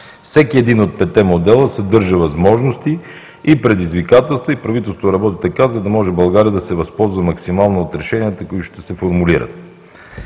Всеки един от петте модела съдържа възможности и предизвикателства, и правителството работи така, за да може България да се възползва максимално от решенията, които ще се формулират.